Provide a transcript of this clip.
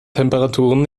temperaturen